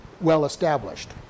well-established